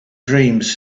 dreams